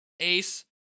Ace